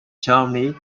germany